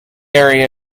area